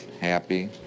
happy